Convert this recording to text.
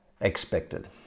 expected